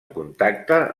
contacte